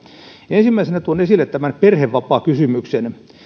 ensimmäisenä tuon esille tämän perhevapaakysymyksen